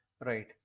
Right